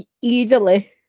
Easily